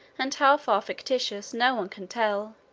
and how far fictitious, no one can tell